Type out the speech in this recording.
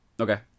Okay